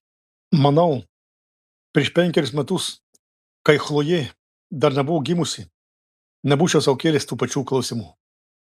manau prieš penkerius metus kai chlojė dar nebuvo gimusi nebūčiau sau kėlęs tų pačių klausimų